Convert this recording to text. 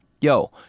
yo